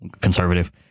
conservative